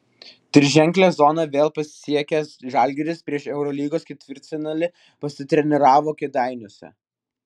triženklę zoną vėl pasiekęs žalgiris prieš eurolygos ketvirtfinalį pasitreniravo kėdainiuose